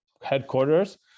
Headquarters